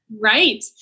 Right